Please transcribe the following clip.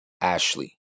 Ashley